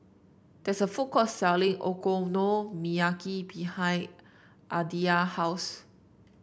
there is a food court selling Okonomiyaki behind Aditya house